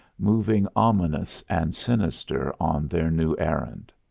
moving ominous and sinister on their new errand.